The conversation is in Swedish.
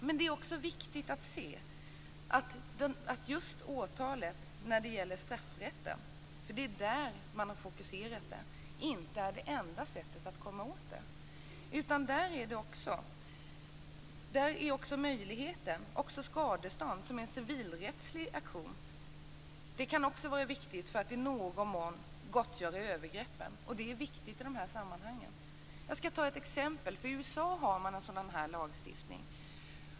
Men det är också viktigt att se att åtalet när det gäller straffrätten, för det är där man har fokuserat det, inte är det enda sättet att komma åt det här. Också möjligheten med skadestånd, som är en civilrättslig aktion, kan vara viktig för att i någon mån gottgöra övergreppen. Det är viktigt i de här sammanhangen. Jag skall ta ett exempel. I USA har man en sådan här lagstiftning.